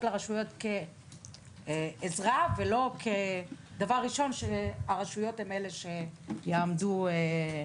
לרשויות כעזרה ולא כדבר ראשון שהרשויות הן אלה שיעמדו בכול.